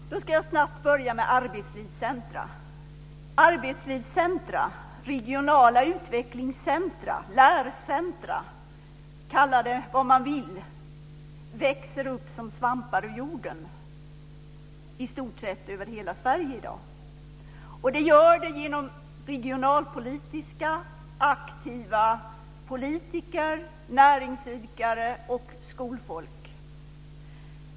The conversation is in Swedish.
Herr talman! Då ska jag snabbt börja med arbetslivscentrum. Arbetslivscentrum, regionala utvecklingscentrum och lärcentrum - man kan kalla det vad man vill - växer upp som svampar ur jorden i stort sett över hela Sverige i dag. Det gör de genom regionalpolitiskt aktiva politiker, näringsidkare och skolfolk.